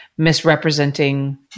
misrepresenting